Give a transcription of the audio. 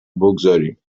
بگذاریم